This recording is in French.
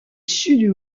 sud